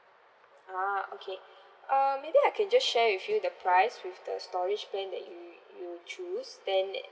ah okay uh maybe I can just share with you the price with the storage plan that you you choose then